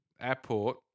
airport